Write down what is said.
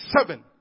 Seven